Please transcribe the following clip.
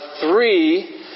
three